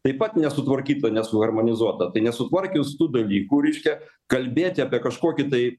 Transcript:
taip pat nesutvarkyta nesuharmonizuota tai nesutvarkius tų dalykų reiškia kalbėti apie kažkokį tai